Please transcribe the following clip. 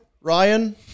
Ryan